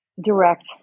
Direct